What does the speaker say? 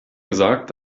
gesagt